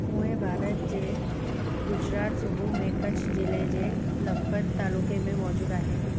उहे भारत जे गुजरात सूभु में कच्छ ज़िले जे लखपत तालुके में मौजूद आहे